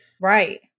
Right